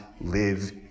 live